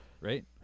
right